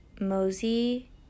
Mosey